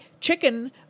chicken